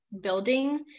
building